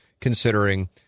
considering